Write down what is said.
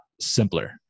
simpler